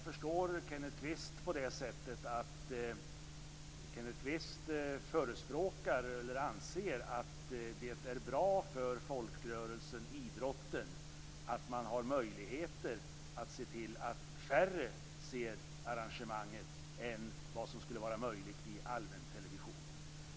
Fru talman! Jag förstår att Kenneth Kvist anser att det är bra för folkrörelsen idrotten att man har möjligheter att se till att färre ser arrangemanget än vad som skulle vara möjligt i allmäntelevisionen.